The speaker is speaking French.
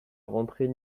rentrait